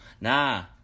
Nah